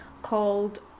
called